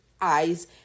eyes